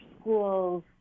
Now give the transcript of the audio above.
schools